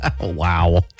wow